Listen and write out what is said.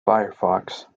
firefox